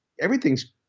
everything's